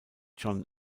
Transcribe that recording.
john